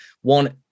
one